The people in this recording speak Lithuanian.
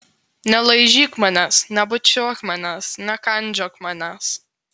nelaižyk manęs nebučiuok manęs nekandžiok manęs